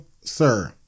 Sir